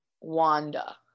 Wanda